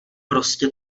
prostě